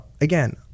again